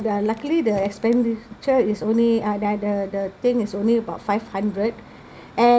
yah luckily the expenditure is only uh the the the thing is only about five hundred and